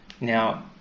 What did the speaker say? Now